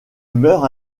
meurt